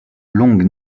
longues